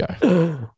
go